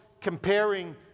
comparing